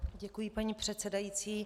Děkuji, paní předsedající.